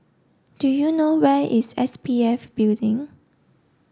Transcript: do you know where is S P F Building